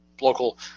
local